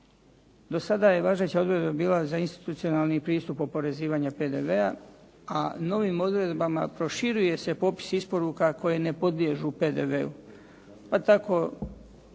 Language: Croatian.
do sada je važeća odredba bila za institucionalni pristup oporezivanja PDV-a, a novim odredbama proširuje se popis isporuka koje ne podliježu PDV-u, pa tako